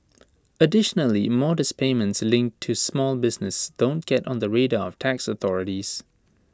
additionally modest payments linked to small business don't get on the radar of tax authorities